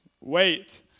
wait